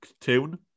tune